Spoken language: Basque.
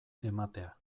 ematea